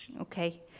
Okay